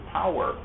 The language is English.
power